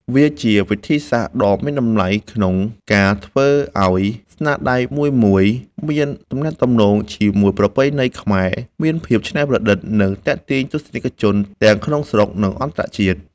វាជាវិធីសាស្រ្តដ៏មានតម្លៃក្នុងការធ្វើឲ្យស្នាដៃមួយៗមានទំនាក់ទំនងជាមួយប្រពៃណីខ្មែរ មានភាពច្នៃប្រឌិត និងទាក់ទាញទស្សនិកជនទាំងក្នុងស្រុក និងអន្តរជាតិ។